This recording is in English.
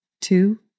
two